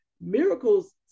miracles